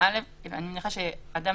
אני מניחה שאדם